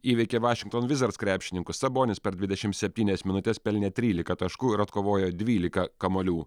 įveikė vašingtono vizards krepšininkus sabonis per dvidešimt septynias minutes pelnė tryliką taškų ir atkovojo dvyliką kamuolių